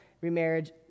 remarriage